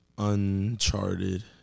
Uncharted